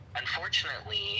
Unfortunately